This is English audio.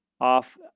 off